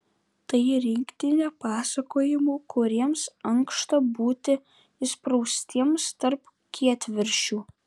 tai rinktinė pasakojimų kuriems ankšta būti įspraustiems tarp kietviršių